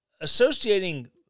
associating